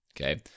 Okay